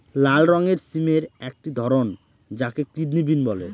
লাল রঙের সিমের একটি ধরন যাকে কিডনি বিন বলে